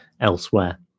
elsewhere